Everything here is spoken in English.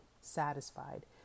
satisfied